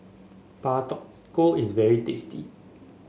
Pak Thong Ko is very tasty